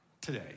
today